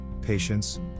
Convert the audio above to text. patience